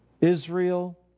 Israel